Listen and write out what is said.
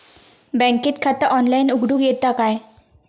बँकेत खाता ऑनलाइन उघडूक येता काय?